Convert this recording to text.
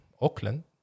Auckland